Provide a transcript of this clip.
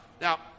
now